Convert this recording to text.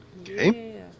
Okay